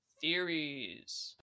theories